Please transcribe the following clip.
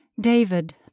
David